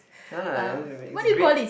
uh it's great